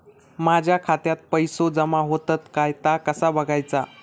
माझ्या खात्यात पैसो जमा होतत काय ता कसा बगायचा?